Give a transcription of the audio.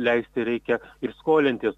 leisti reikia ir skolintis